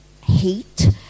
hate